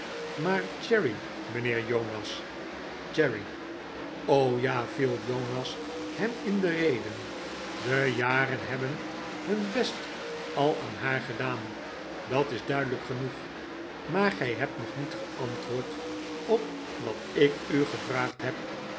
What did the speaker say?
maar cherry mijnheer jonas cherry tt o ja viel jonas hem in de rede de jaren hebben hun best al aan haar gedaan dat is duidelijk genoeg maar gij hebt nog niet geantwoord op wat ik u gevraagd heb